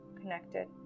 connected